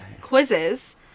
quizzes